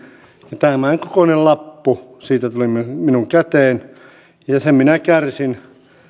ja tämänkokoinen lappu siitä tuli minun käteeni sen minä kärsin